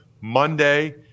Monday